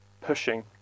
pushing